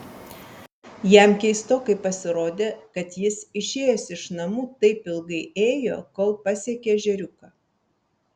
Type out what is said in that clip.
jam keistokai pasirodė kad jis išėjęs iš namų taip ilgai ėjo kol pasiekė ežeriuką